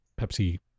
Pepsi